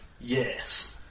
Yes